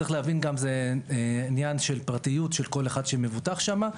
זה עניין גם של פרטיות של כל אחד שמבוטח שם.